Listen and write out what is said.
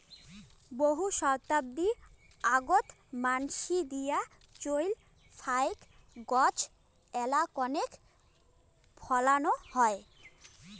বহু শতাব্দী আগোত মানসি দিয়া চইল ফাইক গছ এ্যালা কণেক ফলানো হয়